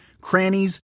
crannies